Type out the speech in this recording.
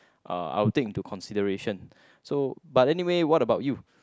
uh I will take into consideration so but anyway what about you